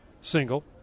single